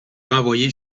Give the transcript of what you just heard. renvoyer